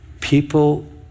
People